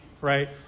right